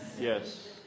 Yes